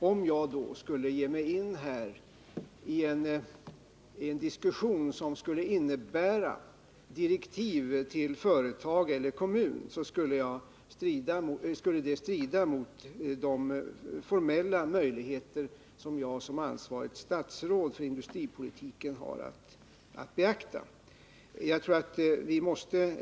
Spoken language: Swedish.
Om jag här skulle ge mig in på en diskussion som skulle innebära direktiv till företag eller kommun, så skulle det strida mot de formella möjligheter som jag som ansvarigt statsråd för industripolitiken har att beakta.